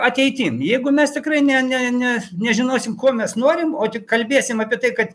ateityn jeigu mes tikrai ne ne ne nežinosim ko mes norim o tik kalbėsim apie tai kad